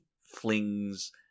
flings